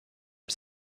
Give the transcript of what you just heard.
was